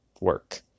work